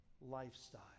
lifestyle